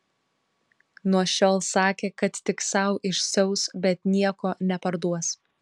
nuo šiol sakė kad tik sau išsiaus bet nieko neparduos